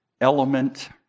element